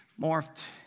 morphed